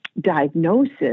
diagnosis